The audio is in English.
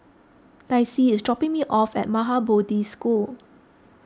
Dicy is dropping me off at Maha Bodhi School